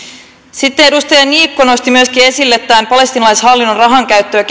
sitten edustaja niikko nosti myöskin esille palestiinalaishallinnon rahankäytön ja